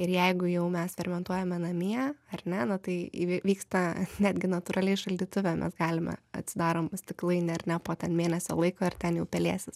ir jeigu jau mes fermentuojame namie ar ne na tai įvy vyksta netgi natūraliai šaldytuve mes galime atsidarom stiklainį ar ne po ten mėnesio laiko ir ten jau pelėsis